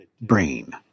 Brain